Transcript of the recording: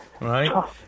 right